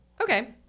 Okay